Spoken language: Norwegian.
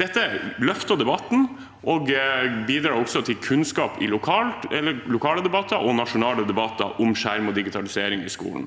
Dette løfter debatten og bidrar også til kunnskap i lokale og nasjonale debatter om skjerm og digitalisering i skolen.